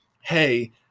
hey